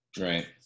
right